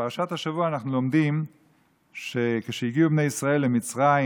שבפרשת השבוע אנחנו לומדים שכשהגיעו בני ישראל למצרים,